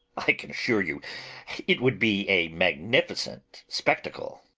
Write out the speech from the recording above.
i can assure you it would be a mag nificent spectacle!